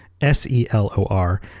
S-E-L-O-R